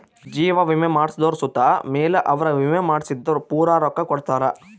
ಜೀವ ವಿಮೆ ಮಾಡ್ಸದೊರು ಸತ್ ಮೇಲೆ ಅವ್ರ ವಿಮೆ ಮಾಡ್ಸಿದ್ದು ಪೂರ ರೊಕ್ಕ ಕೊಡ್ತಾರ